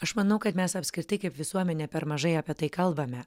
aš manau kad mes apskritai kaip visuomenė per mažai apie tai kalbame